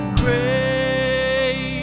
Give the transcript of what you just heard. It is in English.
great